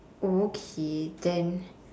okay then